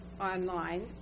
online